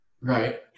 right